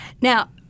Now